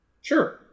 Sure